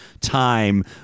time